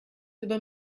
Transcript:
über